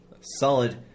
Solid